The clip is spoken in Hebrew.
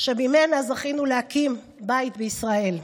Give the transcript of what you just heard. שממנה זכינו להקים בית בישראל.